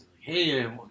hey